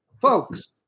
Folks